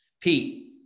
pete